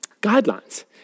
guidelines